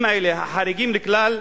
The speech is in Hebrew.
החריגים האלה, החריגים לכלל,